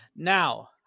Now